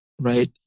right